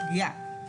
הפגיעה.